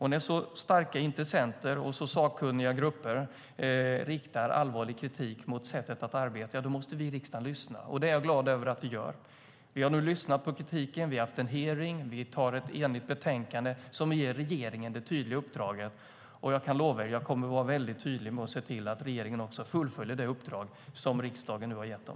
När så starka intressenter och så sakkunniga grupper riktar allvarlig kritik mot sättet att arbeta måste vi i riksdagen lyssna, och det är jag glad över att vi gör. Vi har lyssnat på kritiken, vi har haft en hearing, och vi antar förslaget i ett enigt betänkande som ger regeringen ett tydligt uppdrag. Jag kan lova er att jag kommer att vara noga med att se till att regeringen fullföljer det uppdrag som riksdagen nu ger dem.